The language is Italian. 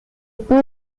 pur